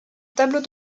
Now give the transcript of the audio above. tableau